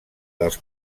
dels